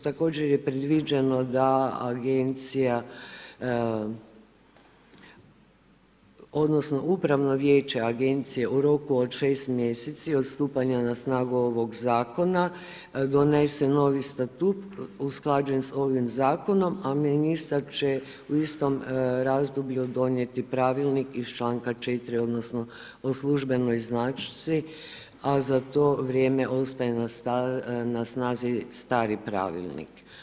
Također je predviđeno da Agencija odnosno upravno vijeće Agencije u roku od 6 mjeseci od stupanja na snagu ovog Zakona donese novi Statut usklađen s ovim Zakonom, a ministar će u istom razdoblju donijeti Pravilnik iz čl. 4. odnosno o službenoj značci, a za to vrijeme ostaje na snazi stari Pravilnik.